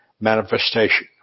manifestation